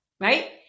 Right